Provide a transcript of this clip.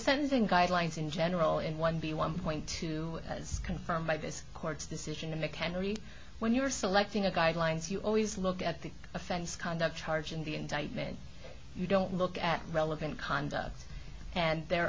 sentencing guidelines in general in one b one point two as confirmed by this court's decision the mchenry when you were selecting a guidelines you always look at the offense conduct charge in the indictment you don't look at relevant conduct and there